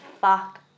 fuck